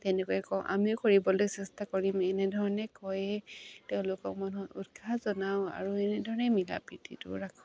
তেনেকৈ কওঁ আমিও কৰিবলৈ চেষ্টা কৰিম এনেধৰণে কৈয়ে তেওঁলোকৰ মনত উৎসাহ যোগাওঁ আৰু এনেধৰণে মিলা প্ৰীতিটোও ৰাখোঁ